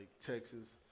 Texas